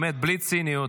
באמת בלי ציניות,